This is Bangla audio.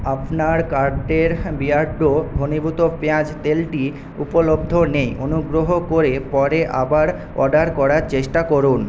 আপনার কার্টের বিয়ার্ডো ঘনীভূত পেঁয়াজ তেলটি উপলব্ধ নেই অনুগ্রহ করে পরে আবার অর্ডার করার চেষ্টা করুন